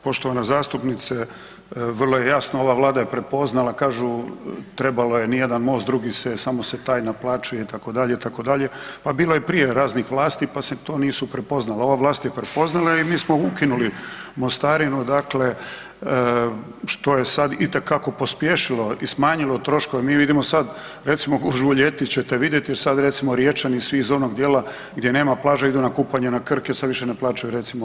Pa poštovana zastupnice, vrlo je jasno, ova Vlada je prepoznala kažu trebalo je nijedan most, drugi se, samo se taj naplaćuje itd., itd., pa bilo je prije raznih vlasti pa se to nije prepoznalo, Ova vlast je prepoznala i mi smo ukinuli mostarinu dakle što je sad itekako pospješilo i smanjilo troškove, mi vidimo sad recimo gužvu u ljeti ćete vidjeti jer sad recimo Riječani i svi iz onog djela gdje nema plaže, idu na kupanje na Krk jer se više ne naplaćuje recimo.